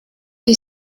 die